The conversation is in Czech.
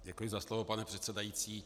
Děkuji za slovo, pane předsedající.